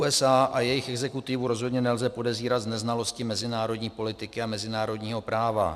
USA a jejich exekutivu rozhodně nelze podezírat z neznalosti mezinárodní politiky a mezinárodního práva.